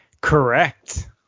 Correct